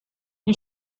die